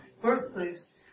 birthplace